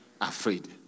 afraid